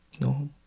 No